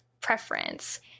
preference